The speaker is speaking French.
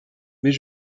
mais